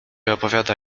opowiada